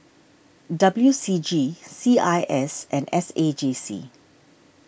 W C G C I S and S A J C